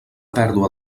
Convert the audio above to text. pèrdua